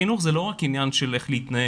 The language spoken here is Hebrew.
חינוך זה לא רק עניין של איך להתנהג.